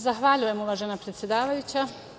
Zahvaljujem, uvažena predsedavajuća.